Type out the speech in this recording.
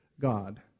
God